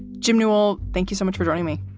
jim nual, thank you so much for joining me.